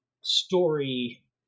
story